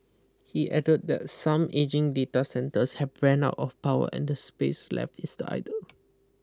he added that some ageing data centres have ran out of power and the space left is the idle